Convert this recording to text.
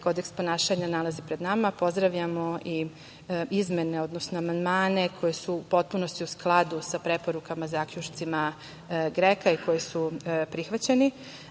kodeks ponašanja nalazi pred nama. Pozdravljamo i izmene, odnosno, amandmane koji su u potpunosti u skladu sa preporukama, zaključcima, GREKO-a, i koji su prihvaćeni,